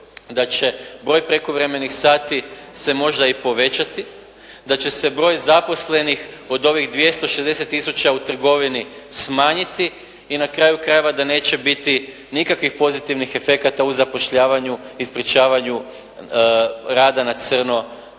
da će broj prekovremenih sati se možda i povećati, da će se broj zaposlenih od ovih 260 tisuća u trgovini smanjiti i na kraju krajeva da neće biti nikakvih pozitivnih efekata u zapošljavanju, ispričavanju rada na crno